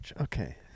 Okay